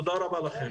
תודה רבה לכם.